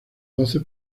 doce